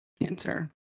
answer